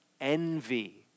envy